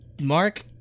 Mark